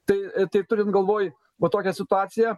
tai tai turint galvoj va tokią situaciją